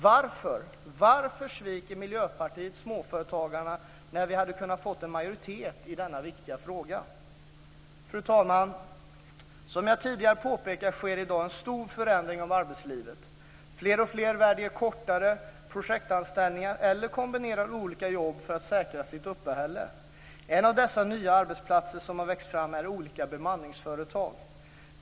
Varför sviker Miljöpartiet småföretagarna, när vi hade kunnat få en majoritet i denna viktiga fråga? Fru talman! Som jag tidigare påpekat sker i dag en stor förändring av arbetslivet. Fler och fler väljer kortare projektanställningar eller kombinerar olika jobb för att säkra sitt uppehälle. En av dessa nya arbetsplatser som har växt fram är olika bemanningsföretag.